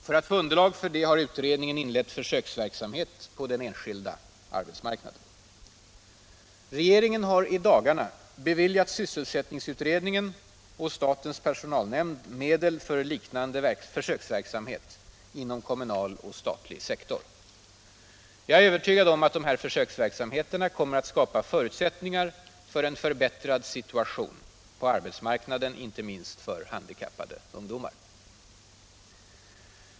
För att få underlag för det har utredningen inlett försöksverksamhet på den enskilda arbetsmarknaden. Regeringen har i dagarna beviljat sysselsättningsutredningen och statens personalnämnd medel för liknande försöksverksamhet inom kommunal och statlig sektor. Jag är övertygad om att dessa försöksverksamheter kommer att skapa förutsättningar för en förbättrad situation på arbetsmarknaden, Herr talman!